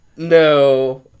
No